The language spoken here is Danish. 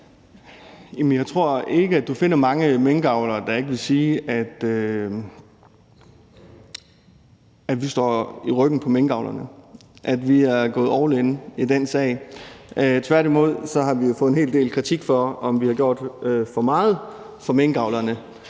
jeg tror ikke, at du finder mange minkavlere, der ikke vil sige, at vi har deres ryg, at vi er gået all in i den sag. Tværtimod har vi jo fået en hel del kritik for, at vi har gjort for meget for minkavlerne.